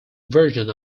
version